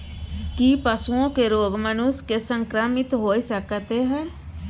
की पशुओं के रोग मनुष्य के संक्रमित होय सकते है?